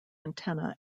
antenna